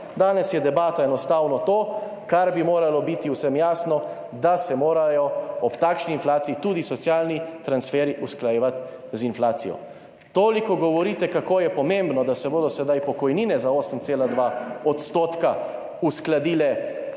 danes je debata enostavno to, kar bi moralo biti vsem jasno, da se morajo ob takšni inflaciji tudi socialni transferji usklajevati z inflacijo. Toliko govorite, kako je pomembno, da se bodo sedaj pokojnine za 8,2 % uskladile